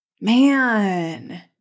Man